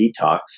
detox